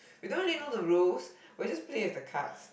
we don't really know the rules we just play as a cards